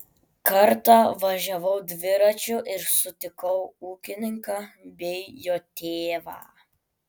kartą važiavau dviračiu ir sutikau ūkininką bei jo tėvą